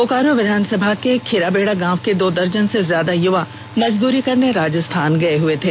बोकारो विधानसभा के खिराबेड़ा गांव के दो दर्जन से ज्यादा युवा मजदूरी करने राजस्थान गए हुए थे